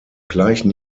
gleichen